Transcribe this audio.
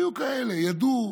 היו כאלה, ידעו,